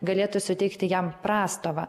galėtų suteikti jam prastovą